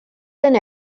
than